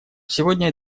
сегодня